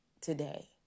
today